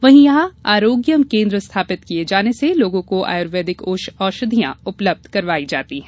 वहीं यहां आरोग्यम केन्द्र स्थापित किये जाने से लोगों को आयुर्वेदिक औषधियां उपलब्ध करवाई जाती है